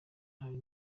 hari